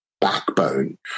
backbone